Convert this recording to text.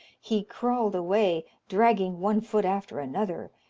he crawled away, dragging one foot after another,